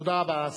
תודה רבה.